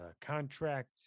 contract